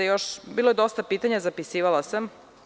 Bilo je dosta pitanja, zapisivala sam.